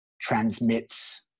transmits